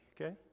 Okay